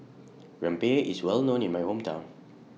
Rempeyek IS Well known in My Hometown